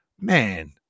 man